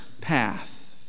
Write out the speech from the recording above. path